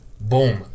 Boom